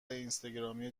اینستاگرامی